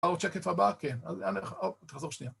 השקף הבא? כן, אז תחזור שנייה.